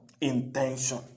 Intention